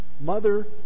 mother